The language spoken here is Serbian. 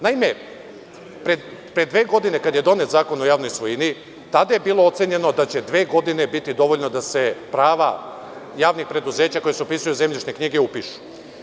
Naime, pre dve godine kada je donet Zakon o javnoj svojini, tada je bilo ocenjeno da će dve godine biti dovoljno da se prava javnih preduzeća koja se upisuju u zemljišne knjige upišu.